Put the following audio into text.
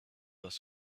was